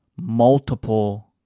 multiple